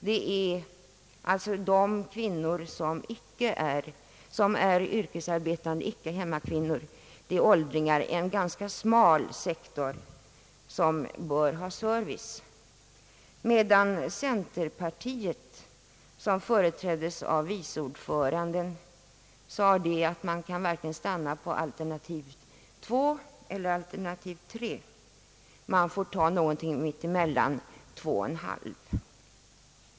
Det är alltså yrkesarbetande kvinnor samt åldringar — en ganska smal sektor — som bör ha service, enligt herr Wedén. Centerpartiet företräddes av vice ordföranden, som sade att man varken kan stanna vid alternativ 2 eller alternativ 3 utan att man får ta någonting mitt emellan — »alternativ 2 1/2»!